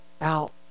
out